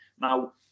Now